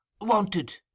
Wanted